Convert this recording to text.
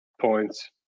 points